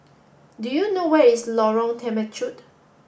do you know where is Lorong Temechut